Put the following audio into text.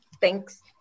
Thanks